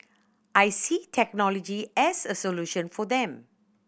I see technology as a solution for them